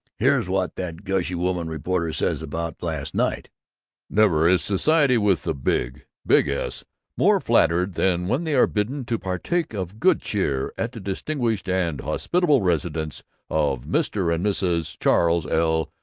here's what that gushy woman reporter says about last night never is society with the big, big s more flattered than when they are bidden to partake of good cheer at the distinguished and hospitable residence of mr. and mrs. charles l.